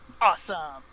Awesome